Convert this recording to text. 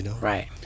Right